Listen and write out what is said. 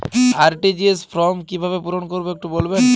RTGS form কিভাবে পূরণ করবো একটু বলবেন?